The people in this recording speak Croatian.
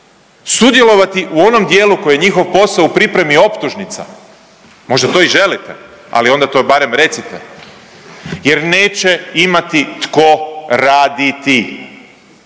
sudjelovati u onom dijelu koji je njihov posao u pripremi optužnica. Možda to i želite, ali onda to barem recite jer neće imati tko raditi.